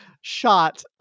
shot